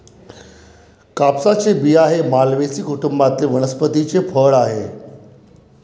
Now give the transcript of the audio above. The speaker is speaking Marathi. कापसाचे बिया हे मालवेसी कुटुंबातील वनस्पतीचे फळ आहे